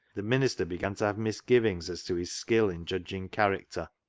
the minister began to have misgivings as to his skill in judging character.